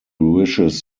wishes